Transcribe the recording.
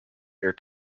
air